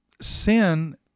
Sin